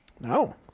no